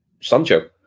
Sancho